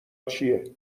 چیه